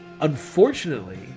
unfortunately